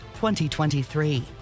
2023